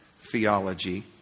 theology